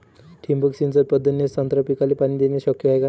ठिबक सिंचन पद्धतीने संत्रा पिकाले पाणी देणे शक्य हाये का?